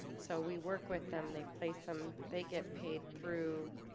so we work with them they place them they get paid through